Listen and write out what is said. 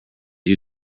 you